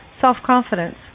self-confidence